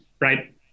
Right